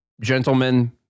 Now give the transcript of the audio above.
gentlemen